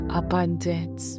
abundance